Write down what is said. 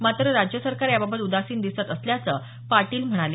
मात्र राज्य सरकार याबाबत उदासीन दिसत असल्याचं पाटील म्हणाले